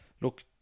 look